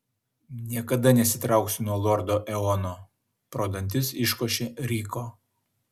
niekada nesitrauksiu nuo lordo eono pro dantis iškošė ryko